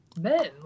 men